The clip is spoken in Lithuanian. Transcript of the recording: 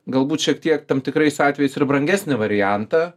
galbūt šiek tiek tam tikrais atvejais ir brangesnį variantą